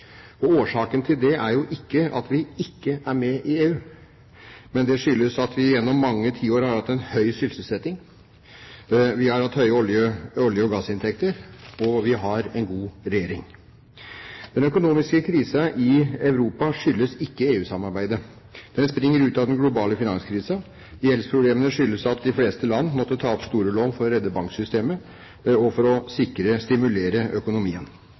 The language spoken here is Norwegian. Årsaken til det er jo ikke at vi ikke er med i EU, men det skyldes at vi gjennom mange tiår har hatt en høy sysselsetting, vi har hatt høye olje- og gassinntekter, og vi har en god regjering. Den økonomiske krisen i Europa skyldes ikke EU-samarbeidet. Den springer ut av den globale finanskrisen. Gjeldsproblemene skyldes at de fleste land måtte ta opp store lån for å redde banksystemet og for å stimulere økonomien.